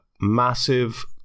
massive